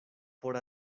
por